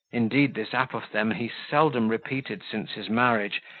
indeed, this apophthegm he seldom repeated since his marriage,